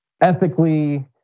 ethically